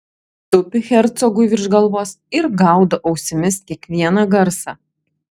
tupi hercogui virš galvos ir gaudo ausimis kiekvieną garsą